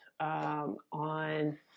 On